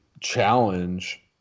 challenge